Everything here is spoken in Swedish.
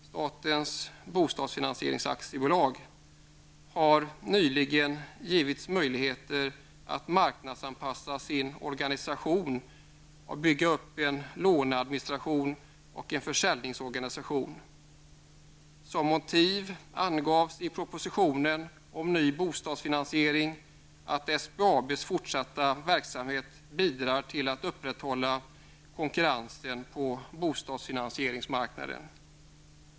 Statens bostadsfinansieringsaktiebolag har nyligen givits möjligheter att marknadsanpassa sin organisation och bygga upp en låneadministration och en försäljningsorganisation. Som motiv angavs i propositionen om ny bostadsfinansiering att SBABs fortsatta verksamhet bidrar till att upprätthålla konkurrensen på bostadsfinansieringsmarknaden.